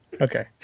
Okay